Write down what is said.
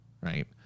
Right